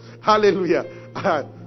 Hallelujah